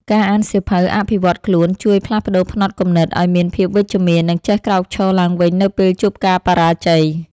ការអានសៀវភៅអភិវឌ្ឍខ្លួនជួយផ្លាស់ប្តូរផ្នត់គំនិត ឱ្យមានភាពវិជ្ជមាន និងចេះក្រោកឈរឡើងវិញនៅពេលជួបការបរាជ័យ។